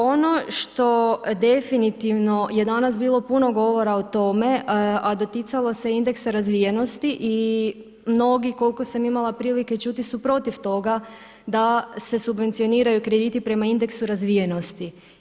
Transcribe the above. Ono što definitivno je danas bilo puno govora o tome, a doticalo se indeksa razvijenosti i mnogi, koliko sam imala prilike čuti su protiv toga da se subvencioniraju krediti prema indeksu razvijenosti.